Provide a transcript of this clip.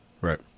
right